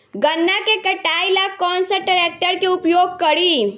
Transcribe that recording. गन्ना के कटाई ला कौन सा ट्रैकटर के उपयोग करी?